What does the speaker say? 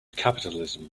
capitalism